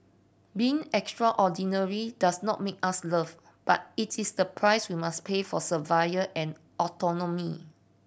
being extraordinary does not make us loved but it is the price we must pay for survival and autonomy